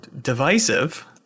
divisive